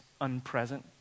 unpresent